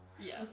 Yes